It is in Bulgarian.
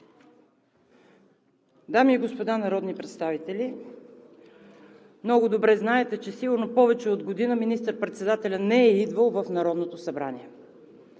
Дами и господа народни представители! Много добре знаете, че сигурно повече от година министър-председателят не е идвал в Народното събрание.